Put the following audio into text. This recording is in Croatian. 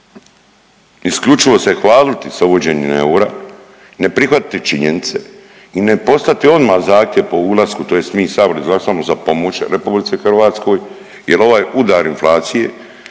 isključivo se hvaliti sa uvođenjem eura, ne prihvatiti činjenice i ne poslati odmah zahtjev po ulasku, tj. mi, Sabor izglasamo za pomoć RH jer ovaj udar inflacije,